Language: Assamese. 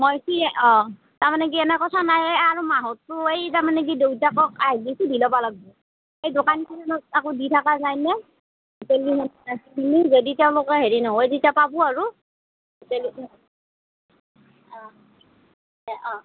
মই কি অঁ তাৰমানে কি এনে কথা নাই এই আৰু মাহতটো এই তাৰমানে কি দেউতাকক আহিলে সুধি ল'ব লাগবো এই দোকানকেইখনত আকৌ দি থাকা যায় নে যদি তেওঁলোকে হেৰি নহয়ে তেতিয়া পাব আৰু বেলেগ অঁ দে অঁ